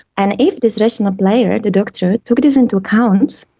and if this rational player, and the doctor, took this into account,